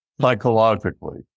psychologically